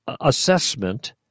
assessment